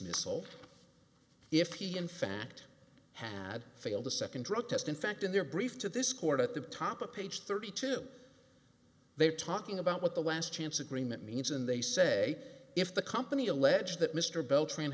dismissal if he in fact had failed a second drug test in fact in their brief to this court at the top of page thirty two they're talking about what the last chance agreement means and they say if the company alleged that mr bell tra